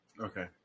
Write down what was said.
Okay